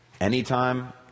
anytime